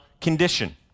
condition